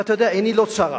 ואתה יודע, עיני לא צרה,